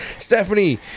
Stephanie